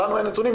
לנו אין נתונים,